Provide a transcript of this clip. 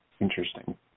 Interesting